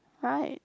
right